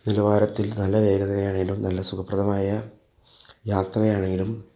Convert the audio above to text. നിലവാരത്തിൽ നല്ല വേഗതയാണെങ്കിലും നല്ല സുഖപ്രദമായ യാത്രയാണെങ്കിലും